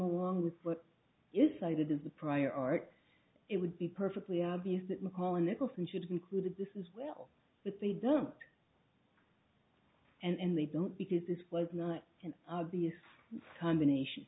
along with what is cited as the prior art it would be perfectly obvious that macaulay nicholson should conclude that this is well but they don't and they don't because this was not an obvious combination